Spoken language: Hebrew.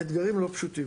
אתגרים לא פשוטים.